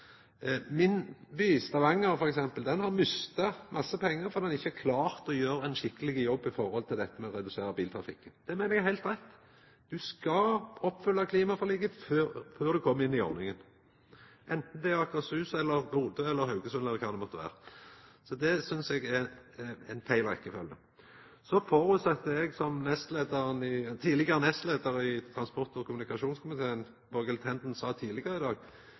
Min by f.eks., Stavanger, har mista mange pengar fordi ein ikkje har klart å gjera ein skikkeleg jobb med å redusera biltrafikken. Det meiner eg er heilt rett. Ein skal oppfylla klimaforliket før ein kjem inn i ordninga, anten det er Akershus, Bodø, Haugesund eller kva det måtte vera. Så eg synest det er gal rekkjefølgje. Så føreset eg – som den tidlegare nestleiaren i transport- og kommunikasjonskomiteen, Borghild Tenden, sa tidlegare i dag